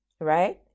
right